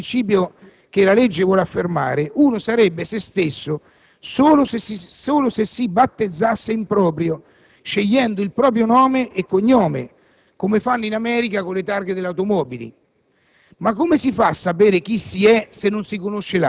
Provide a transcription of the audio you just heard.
Portando a logica esasperazione il principio che la legge vuole affermare, un individuo sarebbe se stesso solo battezzandosi in proprio e scegliendo il proprio nome e cognome, come accade in America con le targhe delle automobili.